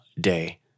day